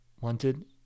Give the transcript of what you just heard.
wanted